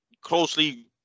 closely